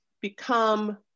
become